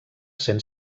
cent